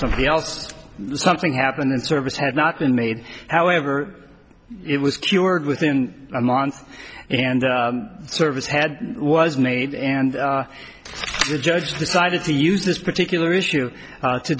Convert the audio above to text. somebody else something happened in service had not been made however it was cured within a month and service had was made and the judge decided to use this particular issue to